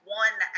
one